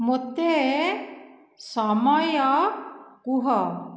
ମୋତେ ସମୟ କୁହ